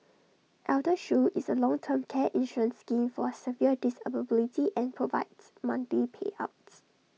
eldershield is A long term care insurance scheme for severe disability and provides monthly payouts